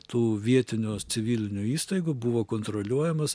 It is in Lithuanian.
tų vietinių civilinių įstaigų buvo kontroliuojamas